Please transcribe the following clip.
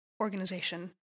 organization